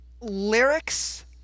lyrics